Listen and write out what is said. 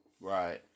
Right